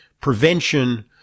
prevention